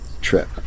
trip